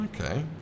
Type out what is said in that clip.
Okay